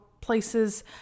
places